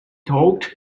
thought